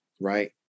right